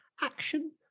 action